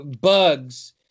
Bugs